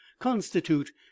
constitute